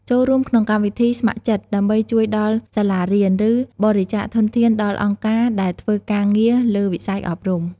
ចូលរួមក្នុងកម្មវិធីស្ម័គ្រចិត្តដើម្បីជួយដល់សាលារៀន ឬបរិច្ចាគធនធានដល់អង្គការដែលធ្វើការងារលើវិស័យអប់រំ។